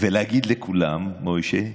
להגיד לכולם, מוישה: